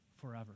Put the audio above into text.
forever